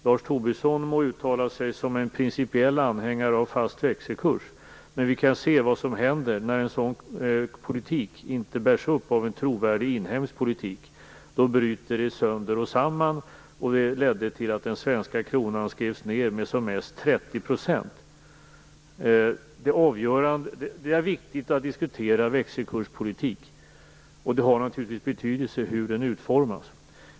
Lars Tobisson må uttala sig som en principiell anhängare av fast växelkurs, men vi kan se vad som händer när en sådan politik inte bärs upp av en trovärdig inhemsk politik. Då bryts det hela sönder och samman, och det ledde då till att den svenska kronan skrevs ned med som mest 30 %. Det är viktigt att diskutera växelkurspolitik, och det har naturligtvis betydelse hur den utformas.